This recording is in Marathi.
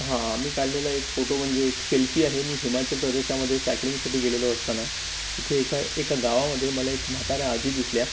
हां मी काढलेला एक फोटो म्हणजे एक सेल्फी आहे मी हिमाचल प्रदेशामध्ये सायकलिंगसाठी गेलेलो असताना तिथे एका एका गावामध्ये मला एक म्हाताऱ्या आजी दिसल्या